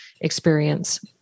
experience